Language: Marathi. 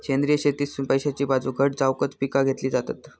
सेंद्रिय शेतीतसुन पैशाची बाजू घट जावकच पिका घेतली जातत